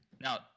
Now